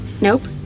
Nope